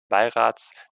beirats